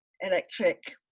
electric